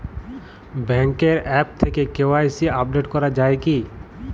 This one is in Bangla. ব্যাঙ্কের আ্যপ থেকে কে.ওয়াই.সি আপডেট করা যায় কি?